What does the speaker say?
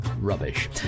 rubbish